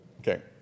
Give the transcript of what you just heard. okay